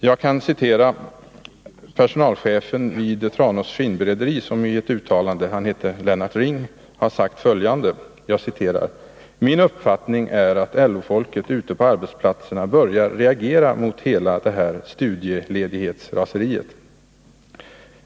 Jag kan citera personalchefen Lennart Ring vid Tranås Skinnberederi, som i ett uttalande har sagt följande: ”Min uppfattning är att LO-folket ute på arbetsplatserna börjar reagera mot hela det här studieledighetsraseriet.